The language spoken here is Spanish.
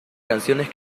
canciones